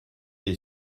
est